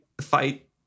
fight